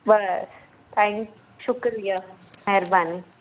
बसि थैंक शुक्रिया महिरबानी